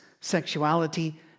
sexuality